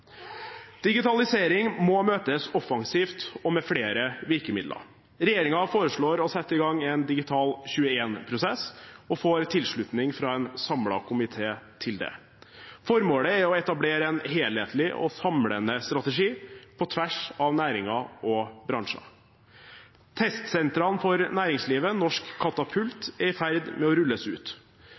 Digitalisering må møtes offensivt og med flere virkemidler. Regjeringen foreslår å sette i gang en Digital21-prosess og får tilslutning fra en samlet komité til det. Formålet er å etablere en helhetlig og samlende strategi på tvers av næringer og bransjer. Testsentrene for næringslivet, Norsk Katapult, er i ferd med å rulles ut.